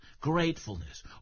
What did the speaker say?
gratefulness